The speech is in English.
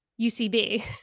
UCB